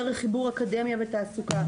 דרך חיבור אקדמיה ותעסוקה.